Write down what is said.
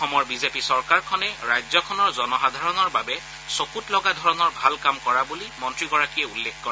অসমৰ বিজেপি চৰকাৰখনে ৰাজ্যখনৰ জনসাধাৰণৰ বাবে চকুত লগা ধৰণৰ ভাল কাম কৰা বুলি মন্ত্ৰীগৰাকীয়ে উল্লেখ কৰে